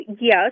yes